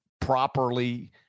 properly